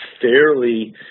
fairly